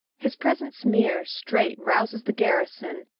his presence mere straight rouses the garrison,